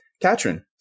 Katrin